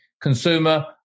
consumer